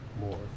more